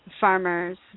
farmers